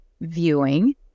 viewing